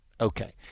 Okay